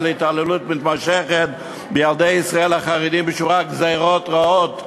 להתעללות מתמשכת בילדי ישראל החרדים בשורת גזירות רעות וקשות.